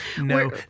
No